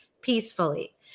peacefully